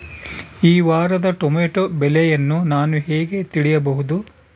ಈ ವಾರದ ಟೊಮೆಟೊ ಬೆಲೆಯನ್ನು ನಾನು ಹೇಗೆ ತಿಳಿಯಬಹುದು?